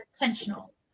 intentional